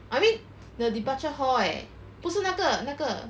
I mean the departure hall eh 不是那个那个